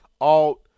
Alt